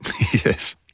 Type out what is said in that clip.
Yes